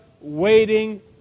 waiting